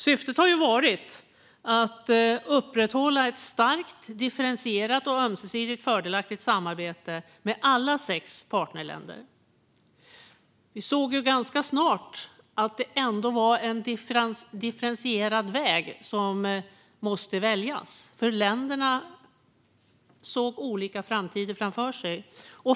Syftet har varit att upprätthålla ett starkt, differentierat och ömsesidigt fördelaktigt samarbete med alla sex partnerländerna. Vi såg dock ganska snart att det var differentierade vägar som måste väljas, för länderna såg olika framtider framför sig.